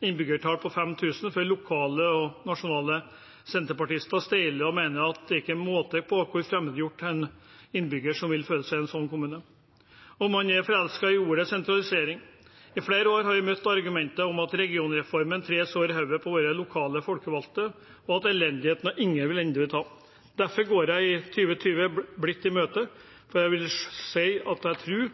innbyggertall på 5 000 til før lokale og nasjonale senterpartister steiler og mener det ikke er måte på hvor fremmedgjort en innbygger vil føle seg i en sånn kommune. Man er forelsket i ordet sentralisering. I flere år har vi møtt argumenter om at regionreformen tres nedover hodet på våre lokale folkevalgte, og at elendigheten ingen ende vil ta. Derfor går jeg 2020 blidt i møte, for jeg tror